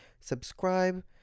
Subscribe